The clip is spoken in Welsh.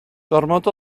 gormod